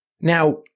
Now